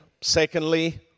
Secondly